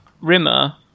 Rimmer